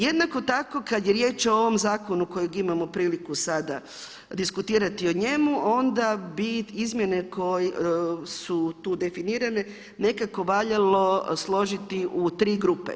Jednako tako kada je riječ o ovom zakonu kojeg imamo priliku sada diskutirati o njemu onda bit izmjene koje su tu definirane nekako valjalo složiti u tri grupe.